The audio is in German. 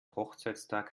hochzeitstag